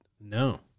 no